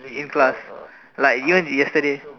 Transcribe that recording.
A plus like even yesterday